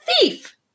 Thief